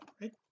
right